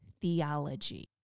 theology